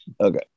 Okay